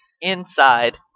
Inside